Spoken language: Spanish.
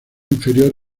inferior